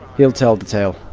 he'll tell the tale.